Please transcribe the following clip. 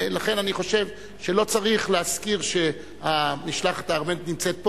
לכן אני חושב שלא צריך להזכיר שהמשלחת הארמנית נמצאת פה,